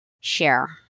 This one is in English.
share